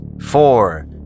Four